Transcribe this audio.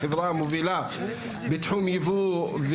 החברה המובילה בתחום יבוא,